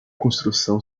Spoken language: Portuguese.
construção